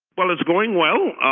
well, it's going well.